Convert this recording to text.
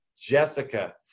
Jessica